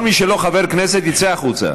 כל מי שלא חבר כנסת יצא החוצה.